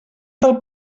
del